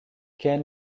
ken